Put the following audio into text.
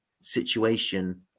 situation